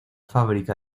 fábrica